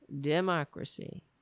democracy